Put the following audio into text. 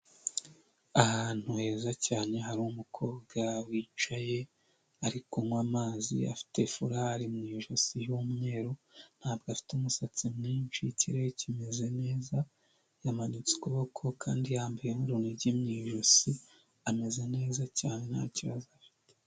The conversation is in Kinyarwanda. Ahantu heza cyane hari umukobwa wicaye ari kunywa amazi afite furari mu ijosi y'umweru ntabwo afite umusatsi mwinshi, ikirere kimeze neza yamanitse ukuboko kandi yambaye n'urunigi mu ijosi, ameze neza cyane nta kibazo afite.